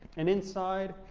and inside,